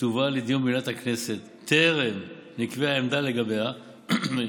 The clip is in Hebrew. שתובא לדיון במליאת הכנסת טרם נקבעה עמדה לגביה אדוני